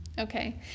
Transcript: Okay